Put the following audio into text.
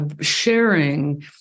sharing